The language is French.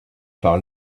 par